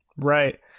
Right